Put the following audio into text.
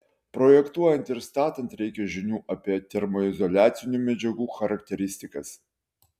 projektuojant ir statant reikia žinių apie termoizoliacinių medžiagų charakteristikas